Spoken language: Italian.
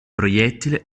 proiettile